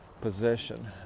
position